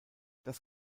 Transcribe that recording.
das